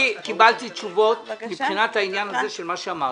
קיבלתי תשובות מבחינת העניין הזה של מה שאמרת.